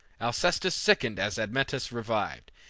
alcestis sickened as admetus revived,